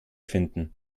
finden